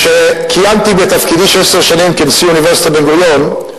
כשכיהנתי בתפקידי כנשיא אוניברסיטת בן-גוריון,